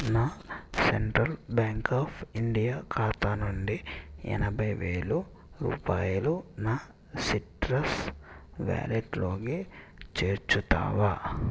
నా Central Bank of India ఖాతా నుండి ఎనభైవేలు రూపాయలు నా సిట్రస్ వాలెట్లోకి చేర్చుతావా